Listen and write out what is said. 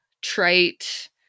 trite